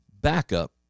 backup